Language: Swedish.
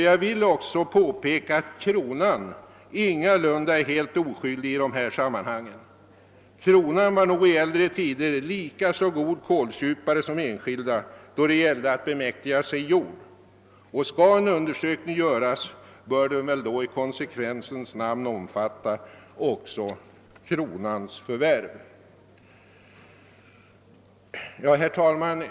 Jag vill också påpeka att kronan ingalunda är oskyldig i detta sammanhang. Kronan var nog i äldre tider lika god kålsupare som enskilda då det gällde att bemäktiga sig jord. Om en undersökning skall göras, bör denna i konsekvensens namn även omfatta kronans förvärv. Herr talman!